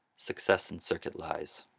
success and circuit lies,